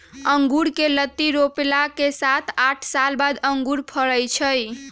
अँगुर कें लत्ति रोपला के सात आठ साल बाद अंगुर के फरइ छइ